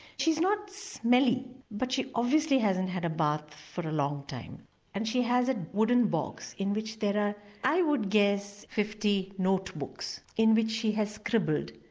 she's not smelly but she obviously hasn't had a bath for a long time and she has a wooden box in which there are i would guess fifty notebooks in which she has scribbled,